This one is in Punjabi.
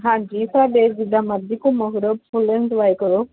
ਹਾਂਜੀ ਸਾਡੇ ਜਿੱਦਾਂ ਮਰਜ਼ੀ ਘੁੰਮੋ ਫਿਰੋ ਫੁੱਲ ਇੰਜੋਏ ਕਰੋ